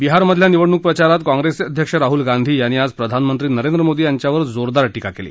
बिहारमधल्या निवडणूक प्रचारात काँग्रस्त्री अध्यक्ष राहुल गांधी यांनी प्रधानमंत्री नरेंद्र मोदी यांच्यावर आज जोरदार टीका कल्ली